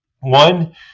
One